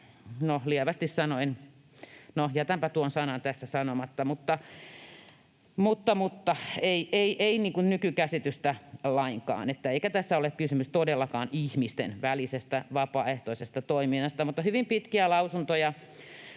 lievästi sanoen... no, jätänpä tuon sanan tässä sanomatta... Mutta ei, ei tämä vastaa nykykäsitystä lainkaan, eikä tässä ole todellakaan kysymys ihmisten välisestä vapaaehtoisesta toiminnasta. Mutta hyvin pitkiä lausuntoja